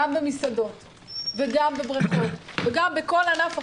במסעדות וגם בבריכות וגם בכל ענף אחר,